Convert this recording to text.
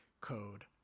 code